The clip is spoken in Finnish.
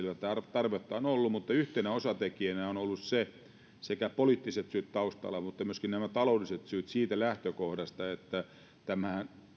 tarvetta on ollut mutta yhtenä osatekijänä ovat olleet sekä poliittiset syyt taustalla että myös taloudelliset syyt siitä lähtökohdasta että tämän